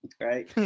right